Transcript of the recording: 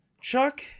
chuck